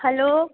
hello